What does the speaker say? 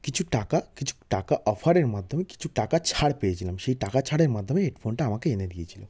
কিছু টাকা কিছু টাকা অফারের মাধ্যমে কিছু টাকা ছাড় পেয়েছিলাম সেই টাকা ছাড়ের মাধ্যমে হেডফোনটা আমাকে এনে দিয়েছিল